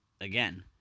Again